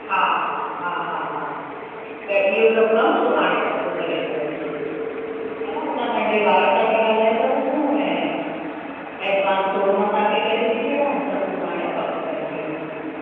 हा हा हा हा हा त इहो सभु कमु सुभाणे पक करे था वठूं हान ऐं हुन नंढे ॿार सां बि ॻाल्हाए था वठूं ऐं एडवांस मां थोरो तव्हांखे करे थी छॾां सभु सुभाणे पक करे छॾंदासी